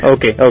Okay